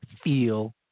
feel